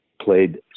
played